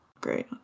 Great